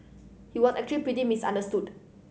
he were actually pretty misunderstood